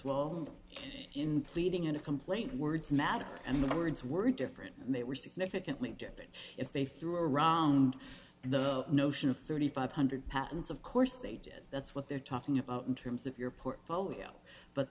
well in pleading in a complaint words matter and the words were different and they were significantly different if they threw around the notion of three thousand five hundred patents of course they did that's what they're talking about in terms of your portfolio but